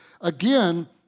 again